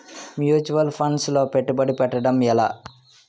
Mutual funds లో పెట్టుబడి పెట్టడం ఎలా?